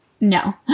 no